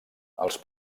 els